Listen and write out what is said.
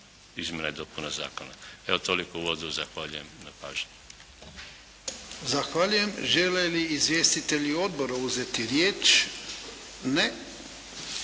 izmjena i dopuna zakona. Evo toliko u uvodu. Zahvaljujem na pažnji. **Jarnjak, Ivan (HDZ)** Zahvaljujem. Žele li izvjestitelja Odbora uzeti riječ? Ne.